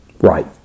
right